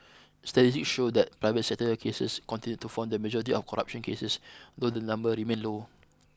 statistics showed that private sector cases continued to form the majority of corruption cases though the number remained low